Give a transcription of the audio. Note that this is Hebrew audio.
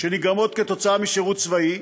שנגרמות כתוצאה משירות צבאי,